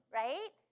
right